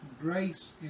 grace